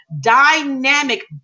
dynamic